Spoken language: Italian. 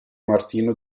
martino